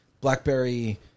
Blackberry